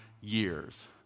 years